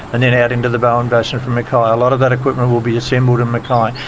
and then out into the bowen basin from mackay. a lot of that equipment will be assembled in mackay.